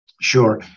Sure